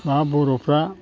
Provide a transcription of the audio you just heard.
दा बर'फ्रा